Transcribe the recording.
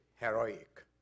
heroic